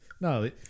no